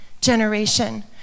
generation